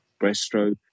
breaststroke